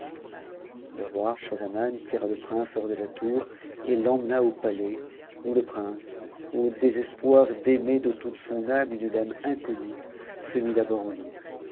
le roi schahzaman tira le prince hors de la tour et l'emmena au palais nn le prince au désespoir d'aimer de toute son âme une dame inconnue se mit d'abord au lit